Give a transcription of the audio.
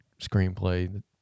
screenplay